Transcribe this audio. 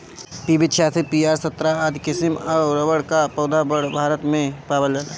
PB छियासी, PR सत्रह आदि किसिम कअ रबड़ कअ पौधा भारत भर में पावल जाला